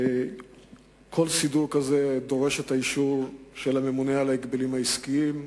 כל סידור כזה דורש את אישור הממונה על ההגבלים העסקיים,